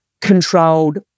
controlled